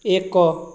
ଏକ